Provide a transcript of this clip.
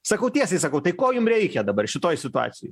sakau tiesiai sakau tai ko jum reikia dabar šitoj situacijoj